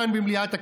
כאן במליאת הכנסת: